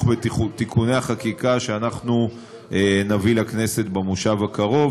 בתיקוני החקיקה שאנחנו נביא לכנסת במושב הקרוב,